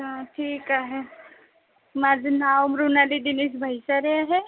हा ठीक आहे माझं नाव मृणाली दिनेश भाईचारे आहे